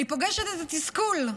אני פוגשת את התסכול.